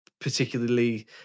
particularly